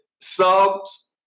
subs